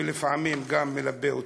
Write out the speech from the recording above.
ולפעמים גם מלבה אותן.